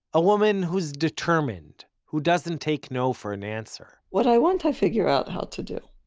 a woman who is determined. who doesn't take no for an answer. what i want, i figure out how to do.